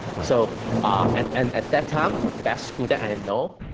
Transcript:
so, and and at that time, the best school that i and know,